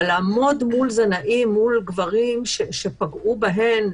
לעמוד מול גברים שפגעו בהן,